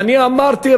ואני אמרתי,